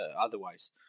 otherwise